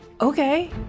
Okay